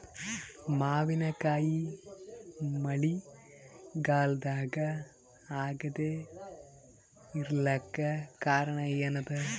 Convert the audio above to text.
ಮಾವಿನಕಾಯಿ ಮಳಿಗಾಲದಾಗ ಆಗದೆ ಇರಲಾಕ ಕಾರಣ ಏನದ?